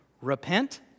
Repent